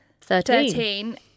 Thirteen